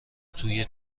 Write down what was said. توی